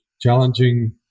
challenging